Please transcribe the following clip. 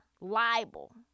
libel